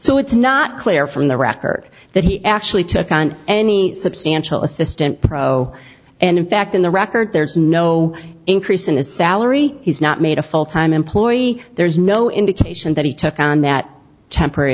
so it's not clear from the record that he actually took on any substantial assistant pro and in fact in the record there's no increase in his salary he's not made a full time employee there's no indication that he took on that temporary